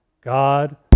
God